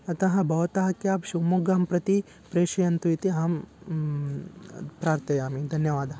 अतः भवतः क्याब् शुमोग्गां प्रति प्रेषयन्तु इति अहं प्रार्थयामि धन्यवादः